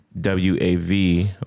W-A-V